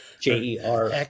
J-E-R